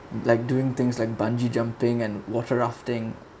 like doing things like bungee jumping and water rafting